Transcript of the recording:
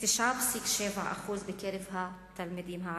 29.7% בקרב התלמידים הערבים.